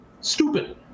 stupid